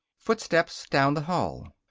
footsteps down the hall.